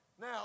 Now